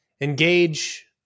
engage